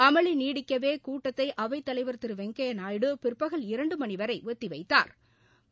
அமளி நீடிக்கவே கூட்டத்தை அவைத்தலைவர் திரு வெங்கையா நாயுடு பிற்பகல் இரண்டு மணி வரை ஒத்திவைத்தாா்